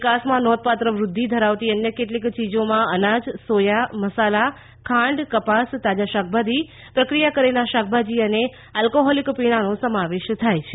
નિકાસમાં નોંધપાત્ર વૃદ્ધિ ધરાવતી અન્ય કેટલીક ચીજોમાં અનાજ સોયા મસાલા ખાંડ કપાસ તાજાં શાકભાજી પ્રક્રિયા કરેલાં શાકભાજી અને આલ્કોહોલિક પીણાંનો સમાવેશ થાય છે